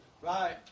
right